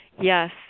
Yes